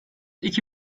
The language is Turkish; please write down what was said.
iki